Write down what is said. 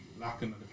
lacking